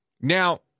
Now